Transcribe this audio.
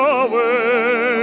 away